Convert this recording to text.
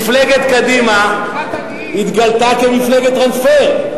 מפלגת קדימה התגלתה כמפלגת טרנספר.